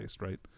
right